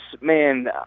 man